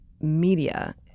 media